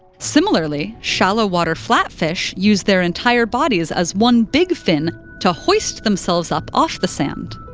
similarly, shallow-water flatfish use their entire bodies as one big fin to hoist themselves up off the sand.